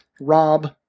Rob